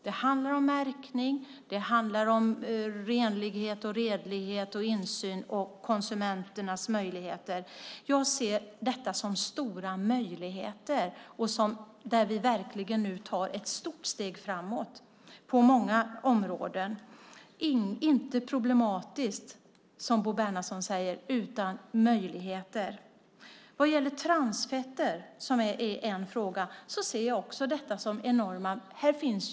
Det handlar om märkning, renlighet, redlighet, insyn och konsumenternas möjligheter. Jag ser stora möjligheter med detta. Vi tar nu ett stort steg framåt på många områden. Det är inte problematiskt, som Bo Bernhardsson säger, utan möjligt. Vad gäller transfetter, som är en av frågorna, ser även jag det som mycket viktigt.